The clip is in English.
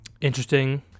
interesting